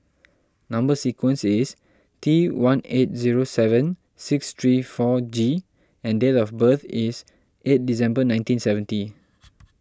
Number Sequence is T one eight zero seven six three four G and date of birth is eight December nineteen seventy